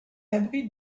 abrite